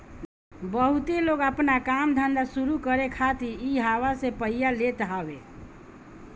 बहुते लोग आपन काम धंधा शुरू करे खातिर इहवा से पइया लेत हवे